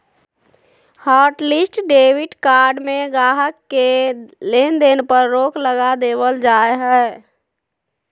hotlist debit card में गाहक़ के लेन देन पर रोक लगा देबल जा हय